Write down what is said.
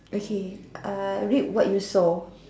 okay uh reap what you sow